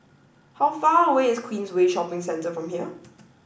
how far away is Queensway Shopping Centre from here